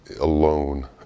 alone